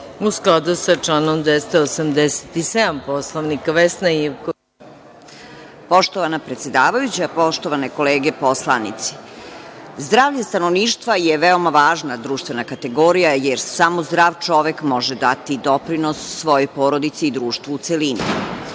poslanik Vesna Ivković. **Vesna Ivković** Poštovana predsedavajuća, poštovane kolege poslanici, zdravlje stanovništva je veoma važna društvena kategorija, jer samo zdrav čovek može dati doprinos svojoj porodici i društvu u celini.Za